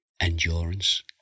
endurance